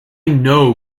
know